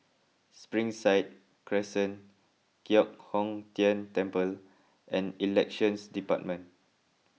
Springside Crescent Giok Hong Tian Temple and Elections Department